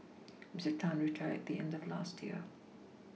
Mister Tan retired at the end of last year